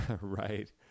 Right